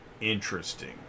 Interesting